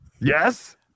Yes